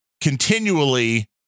continually